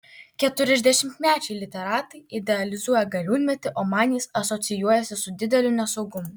keturiasdešimtmečiai literatai idealizuoja gariūnmetį o man jis asocijuojasi su dideliu nesaugumu